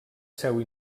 seu